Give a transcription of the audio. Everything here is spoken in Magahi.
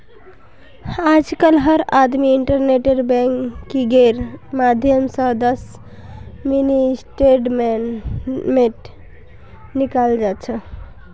आजकल हर आदमी इन्टरनेट बैंकिंगेर माध्यम स दस मिनी स्टेटमेंट निकाल जा छ